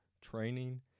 training